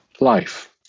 life